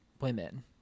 women